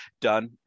done